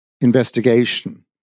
Investigation